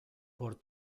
por